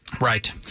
right